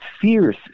fierce